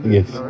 Yes